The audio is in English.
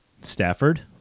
Stafford